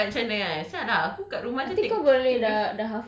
pasal kau boleh tukar banyak channel kan kesian ah aku kat rumah